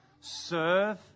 serve